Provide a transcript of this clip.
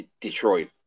Detroit